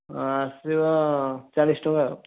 ଆସିବ ଚାଳିଶ ଟଙ୍କା ଆଉ